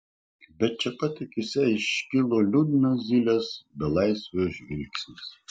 bet čia pat akyse iškilo liūdnas zylės belaisvio žvilgsnis